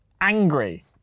Angry